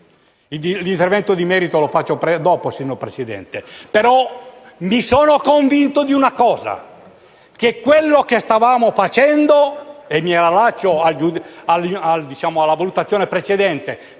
L'intervento nel merito lo farò dopo, signor Presidente, ma mi sono convinto che quello che stavamo facendo - e mi riallaccio alla valutazione precedente